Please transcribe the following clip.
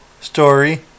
story